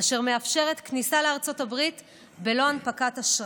אשר מאפשרת כניסה לארצות הברית בלא הנפקת אשרה.